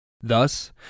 Thus